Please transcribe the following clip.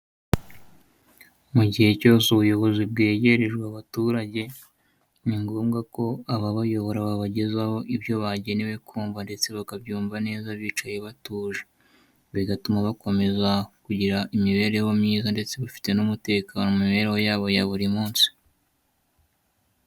Mu gihe cyose ubuyobozi bwegerejwe abaturage, ni ngombwa ko ababayobora babagezaho ibyo bagenewe kumva ndetse bakabyumva neza bicaye batuje, bigatuma bakomeza kugira imibereho myiza ndetse bafite n'umutekano mu mibereho yabo ya buri munsi.